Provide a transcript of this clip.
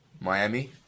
Miami